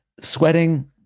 sweating